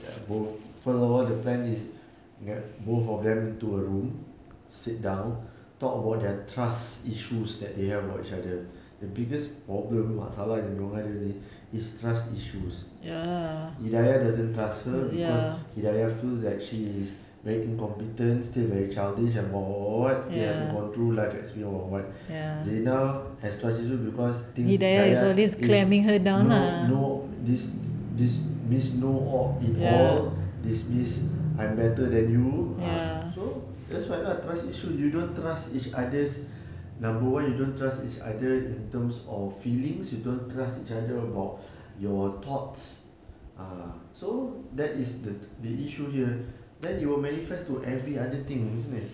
both first of all the plan is get both of them to a room sit down talk about their trust issues that they have for each other the biggest problem masalah yang dia ada ini is trust issues hidayah doesn't trust her because hidayah feels that she is very incompetent still very childish and what what what what still haven't gone through life experience about what zina has trust issues because things dayah is no no dis~ it all dismiss I'm better than you ah so that's why lah trust issues you issue you don't trust each other's number one you don't trust each other in terms of feelings you don't trust each other about your thoughts ah so that is the the issue here then it will manifest to every other thing isn't it